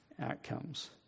outcomes